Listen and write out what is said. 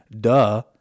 Duh